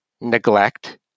neglect